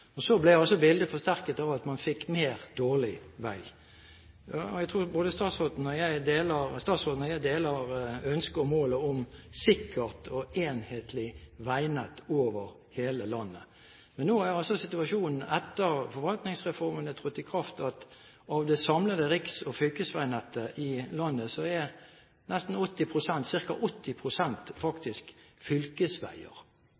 vei. Jeg tror statsråden og jeg deler ønsket og målet om et sikkert og enhetlig veinett over hele landet. Men nå er altså situasjonen, etter at forvaltningsreformen har trådt i kraft, at av det samlede riks- og fylkesveinettet i landet er ca. 80 pst. faktisk fylkesveier. Da er